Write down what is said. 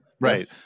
right